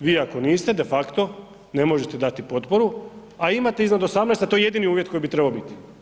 vi ako niste, de facto ne možete dati potporu a imate iznad 18. a to je jedini uvjet koji bi trebao biti.